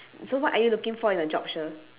so what are you looking for in a job shir